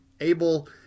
able